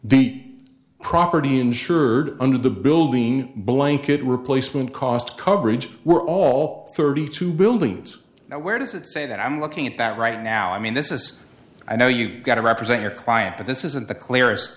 the property insured under the building blanket replacement cost coverage were all thirty two buildings now where does it say that i'm looking at that right now i mean this is i know you've got to represent your client but this isn't the clearest